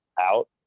out